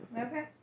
Okay